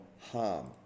harm